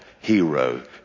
hero